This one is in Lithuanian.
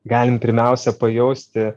galim pirmiausia pajausti